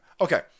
Okay